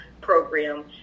program